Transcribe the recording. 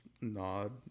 nod